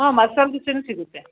ಹಾಂ ಮಸಾಲೆ ದೋಸೇಯೂ ಸಿಗುತ್ತೆ